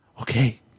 Okay